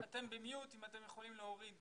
אני אנסה לדבר בעברית